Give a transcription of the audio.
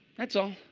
that's all.